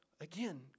again